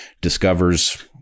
discovers